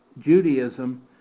Judaism